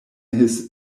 his